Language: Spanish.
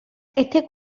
este